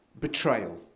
betrayal